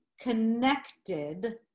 connected